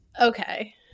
Okay